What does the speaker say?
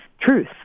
truth